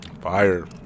fire